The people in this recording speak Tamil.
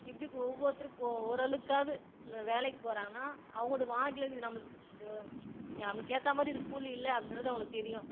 இப்படிக்கி ஒவ்வொருத்துருக்கும் ஓ ஓரளவுக்காவது இந்த வேலைக்கு போகிறாங்கன்னா அவங்கோட வாழ்க்கையில் இது நம்மளுக்கு இங்கே நமக்கு ஏற்றா மாதிரி இது கூலி இல்லை அப்படின்றது அவங்களுக்கு தெரியும்